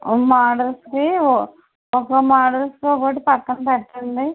మోడల్స్కి ఒక్కో మోడల్స్కి ఒక్కోటి పక్కన పెట్టండి